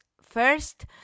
First